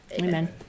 Amen